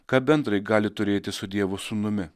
ką bendra ji gali turėti su dievo sūnumi